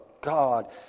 God